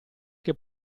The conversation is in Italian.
che